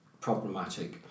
problematic